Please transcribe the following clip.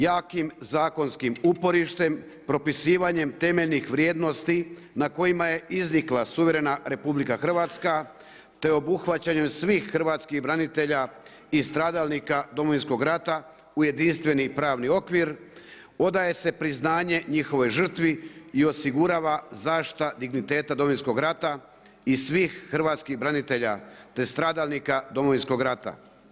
Jakim zakonskim uporištem, propisivanjem temeljnih vrijednosti na kojima je iznikla suverena RH te obuhvaćanjem svih hrvatskih branitelja i stradalnika Domovinskog rata, u jedinstveni pravni okvir, odaje se priznanje njihovoj žrtvi i osigurava zaštita digniteta Domovinskog rata i svih hrvatskih branitelja te stradalnika Domovinskog rata.